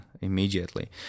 immediately